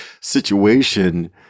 situation